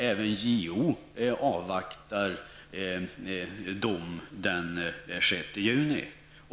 Även JO avaktar dom den 6 juni.